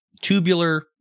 tubular